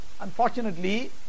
Unfortunately